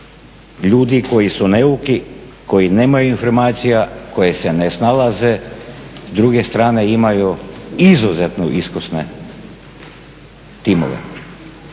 ljudi koji su neuki, koji nemaju informacija, koji se ne snalaze, a s druge strane imaju izuzetno iskusne timove.